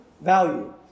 value